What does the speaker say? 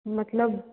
मतलब